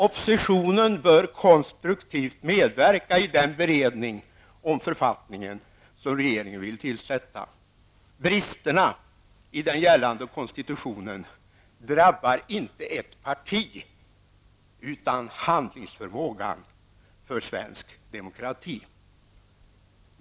Oppositionen bör konstruktivt medverka i den beredning om författningen som regeringen vill tillsätta. Bristerna i den gällande konstitutionen drabbar inte ett parti utan handlingsförmågan för svensk demokrati.